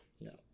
No